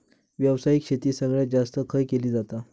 व्यावसायिक शेती सगळ्यात जास्त खय केली जाता?